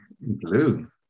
blue